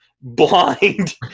blind